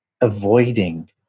avoiding